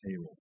table